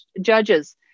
Judges